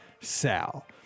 Sal